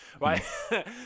Right